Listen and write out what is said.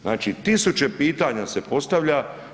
Znači tisuće pitanja se postavlja.